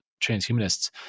transhumanists